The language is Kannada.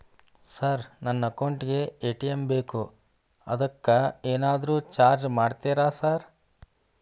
ಸರ್ ನನ್ನ ಅಕೌಂಟ್ ಗೇ ಎ.ಟಿ.ಎಂ ಬೇಕು ಅದಕ್ಕ ಏನಾದ್ರು ಚಾರ್ಜ್ ಮಾಡ್ತೇರಾ ಸರ್?